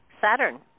Saturn